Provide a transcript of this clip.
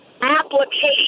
application